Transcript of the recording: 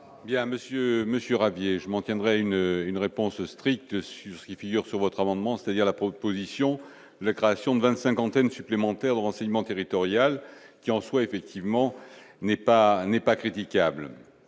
Monsieur Monsieur je m'en tiendrai une une réponse stricte sur ce qui figure sur votre amendement, c'est-à-dire la proposition : la création de 25 antennes supplémentaires de renseignement territorial qui en soit, effectivement, n'est pas n'est pas